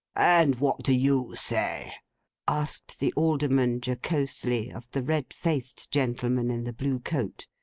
and what do you say asked the alderman, jocosely, of the red faced gentleman in the blue coat.